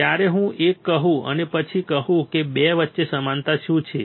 જ્યારે હું એક કહું અને પછી કહું કે 2 વચ્ચે સમાનતા શું છે